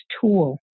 tool